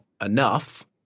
enough